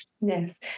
Yes